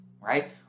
right